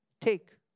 take